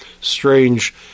strange